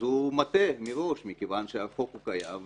אז הוא מטעה מראש מכיוון שהחוק הוא קיים.